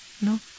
No